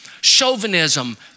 chauvinism